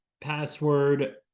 password